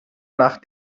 nach